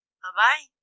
Bye-bye